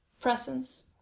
Presence